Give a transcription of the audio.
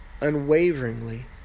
unwaveringly